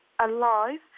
alive